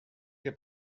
què